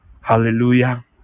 hallelujah